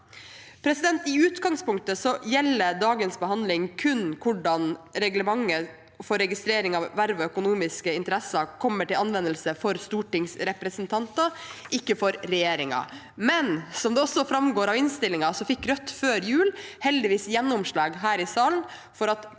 I utgangspunktet gjelder dagens behandling kun hvordan reglementet for registrering av verv og økonomiske interesser kommer til anvendelse for stortingsrepresentanter, ikke for regjeringen. Men som det også framgår av innstillingen, fikk Rødt før jul heldigvis gjennomslag her i salen for at